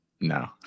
no